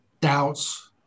doubts